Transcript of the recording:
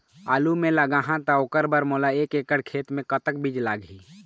आलू मे लगाहा त ओकर बर मोला एक एकड़ खेत मे कतक बीज लाग ही?